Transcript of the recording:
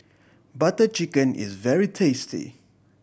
Butter Chicken is very tasty